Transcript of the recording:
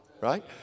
right